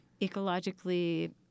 ecologically